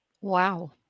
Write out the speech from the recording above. Wow